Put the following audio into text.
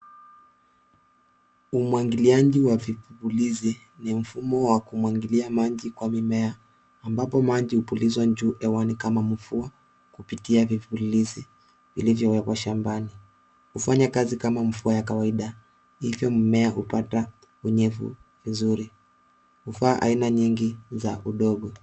Umwagiliaji wa vipulizi ni mfumo wa kumwagilia maji kwa mimea ambapo maji hupulizwa juu hewani kama mvua kupitia vipulizi ilivyo wekwa shambani kufanya kazi kama mvua ya kawaida hivyo mimea hupata unyevu mzuri hufaa aina nyingi za udongo.